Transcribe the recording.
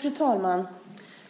Fru talman!